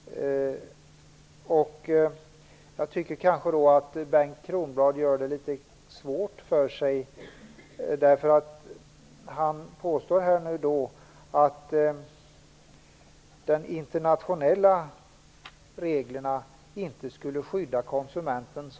Jag tycker kanske att Bengt Kronblad gör det litet svårt för sig. Han påstår nu att de internationella reglerna inte skulle skydda konsumenten.